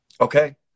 okay